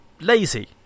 lazy